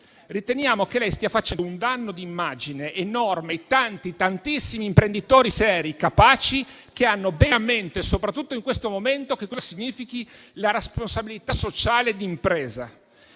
riteniamo che lei stia facendo un danno d'immagine enorme ai tanti, tantissimi imprenditori seri e capaci, che hanno bene a mente, soprattutto in questo momento, che cosa significhi la responsabilità sociale d'impresa.